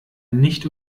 nicht